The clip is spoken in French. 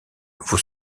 vous